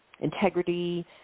integrity